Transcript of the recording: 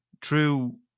true